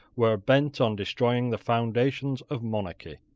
were bent on destroying the foundations of monarchy.